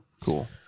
Cool